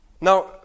Now